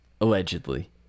Allegedly